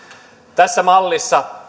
tässä mallissa